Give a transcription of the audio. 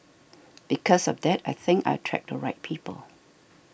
because of that I think I attract the right people